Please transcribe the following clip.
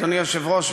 אדוני היושב-ראש,